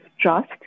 Trust